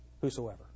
Whosoever